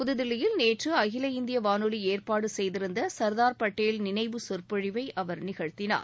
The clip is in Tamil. புத்தில்லியில் நேற்று அகில இந்திய வானொலி ஏற்பாடு செய்திருந்த சர்தார் பட்டேல் நினைவு சொற்பொழிவை அவர் நிகழ்த்தினார்